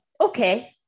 okay